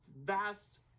vast